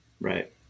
Right